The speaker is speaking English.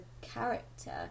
character